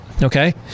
Okay